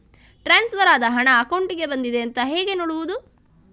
Transfer ಆದ ಹಣ ಅಕೌಂಟಿಗೆ ಬಂದಿದೆ ಅಂತ ಹೇಗೆ ನೋಡುವುದು?